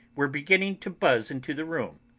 were beginning to buzz into the room.